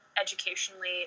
educationally